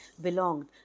belonged